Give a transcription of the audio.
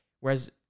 whereas